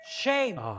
Shame